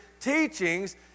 teachings